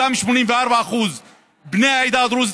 אותם 84% בני העדה הדרוזית,